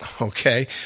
okay